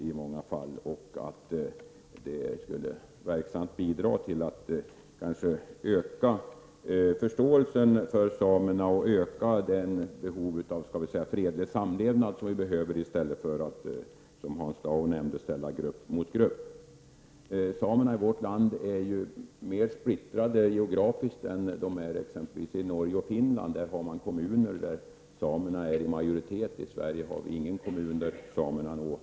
Jag tror att ett sameting verksamt skulle bidra till att öka förståelsen för samerna och behovet av fredlig samlevnad, vilket behövs i stället för, som Hans Dau nämnde, att grupp ställs mot grupp. Samerna i vårt land är ju mer splittrade geografiskt än samerna i t.ex. Norge och Finland. I dessa länder finns det kommuner där samerna är i majoritet. I Sverige finns det ingen kommun där samerna är i majoritet.